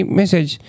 message